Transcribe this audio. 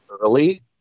early